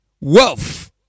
wealth